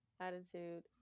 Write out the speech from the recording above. attitude